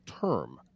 term